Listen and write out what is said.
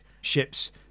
ships